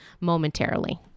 momentarily